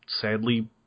sadly